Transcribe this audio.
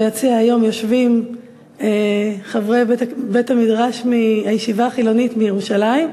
ביציע יושבים היום חברי בית-המדרש מהישיבה החילונית בירושלים,